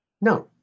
no